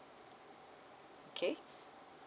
okay